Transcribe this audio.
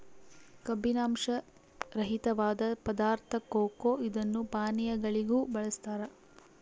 ಕಬ್ಬಿನಾಂಶ ರಹಿತವಾದ ಪದಾರ್ಥ ಕೊಕೊ ಇದನ್ನು ಪಾನೀಯಗಳಿಗೂ ಬಳಸ್ತಾರ